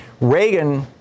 Reagan